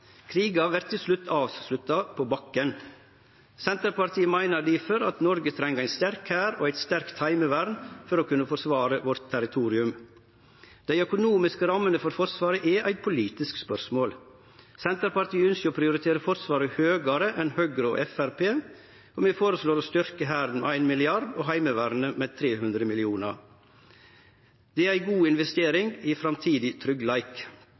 vert til slutt avslutta på bakken. Senterpartiet meiner difor at Noreg treng ein sterk hær og eit sterkt heimevern for å kunne forsvare territoriet sitt. Dei økonomiske rammene for Forsvaret er eit politisk spørsmål. Senterpartiet ønskjer å prioritere Forsvaret høgare enn Høgre og Framstegspartiet, og vi føreslår å styrkje Hæren med 1 mrd. kr og Heimevernet med 300 mill. kr. Det er ei god investering i framtidig tryggleik.